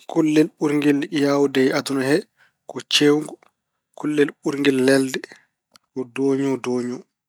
Kullel ɓurngel haawde e aduna he ko ceewngu. Kullel ɓurngel leelde ko doñoo doñoo.